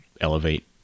elevate